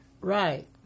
Right